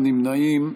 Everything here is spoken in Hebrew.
אין נמנעים,